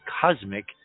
cosmic